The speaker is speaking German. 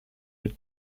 mit